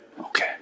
Okay